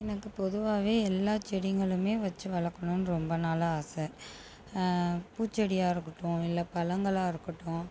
எனக்கு பொதுவாகவே எல்லா செடிங்களுமே வச்சு வளர்க்கணுன்னு ரொம்ப நாளாக ஆசை பூச்செடியாக இருக்கட்டும் இல்லை பழங்களாக இருக்கட்டும்